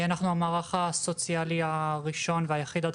אנחנו המערך הסוציאלי הראשון והיחיד עד